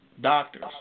doctors